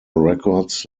records